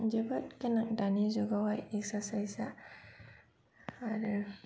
जोबोत गोनां दानि जुगावहाय एकसारसाइसा आरो